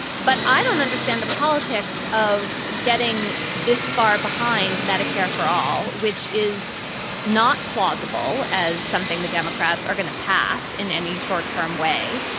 but i don't understand the politics of getting this far behind medicare for all which is not plausible as something the democrats are going to pass in any short term way.